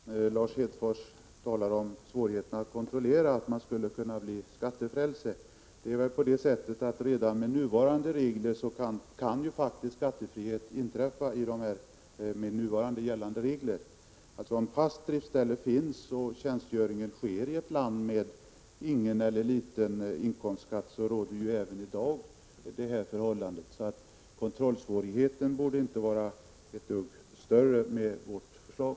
Herr talman! Lars Hedfors talar om svårigheten att kontrollera att det inte = 2 juni 1987 uppkommer ett skattefrälse. Skattefrihet kan emellertid inträffa redan med de nuvarande reglerna. Om fast driftsställe finns och tjänstgöring sker i ett land med ingen eller liten inkomstskatt, råder även i dag det förhållandet. Kontrollsvårigheterna borde således inte bli större med vårt förslag.